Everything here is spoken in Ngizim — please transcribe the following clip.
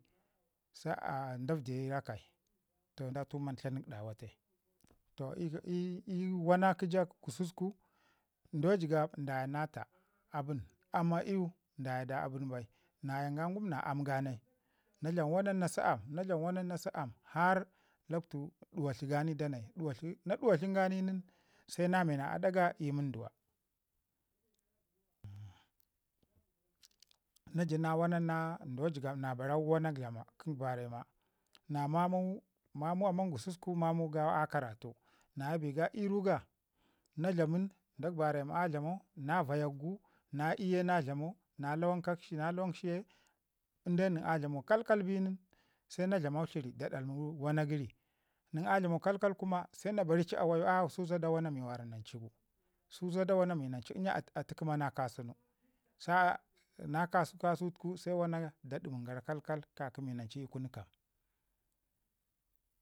Sa'an da vəji rakai da tuma tlanak da wate, toh ii ii kunu wana ja kə gususku nda jigab daya na taa, amman iyu daya da abən bai, na yanga ngum na aam ga nai na dlam wanan na si aam na dlam wanan na si aam har lakwtu duwatli ganai danai, duwatlu na duwatlənga ni nin se na me na aɗa ga i munduwa. Na ju na wana nin nda jiyaɓ na barau wana kə barema na mamau amman gususku mamu gawa a karatu naya bi ga ii ruga, na dlamin ndak barema a dlamau na vaiyak gu ii ye na dlamau na lawan kakshi na lawanshi akshi ye inde nən a dlaman kalkal bi nin se na dlamu tləri da dalmi wana gəri, na a dlamau kalkal nin kuma se na barau awayau a su za wana mi wara nan cu, su zada wana mi nan cu in nya a ti kəma na ka sunu, sa'an na gasu gasu tuku se wana ga da ɗimin gara kalkal ka ki mi nan cu ii kunu kaam.